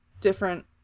different